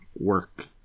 work